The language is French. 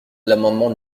l’amendement